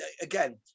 again